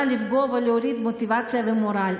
לפגוע ולהוריד את המוטיבציה ואת המורל?